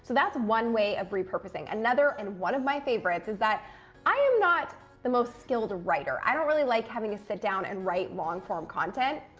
so that's one way of repurposing. another, and one of my favorites, is that i am not the most skilled writer. i don't really like having to sit down and write long-form content.